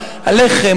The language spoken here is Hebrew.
הלחם,